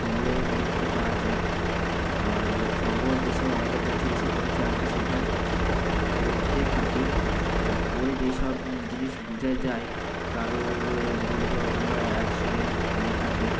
খবর দেখতে পাওয়া যায় আর খবর যেসব আমাদের কাছে এসে পৌঁছয় আমরা সেটা পড়তে থাকি পড়ে যেই সব জিনিস বোঝা যায় কারোর দুর্ঘটনা অ্যাক্সিডেন্ট হয়ে থাকে